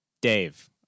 Dave